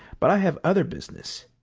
but i have other business.